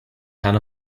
pan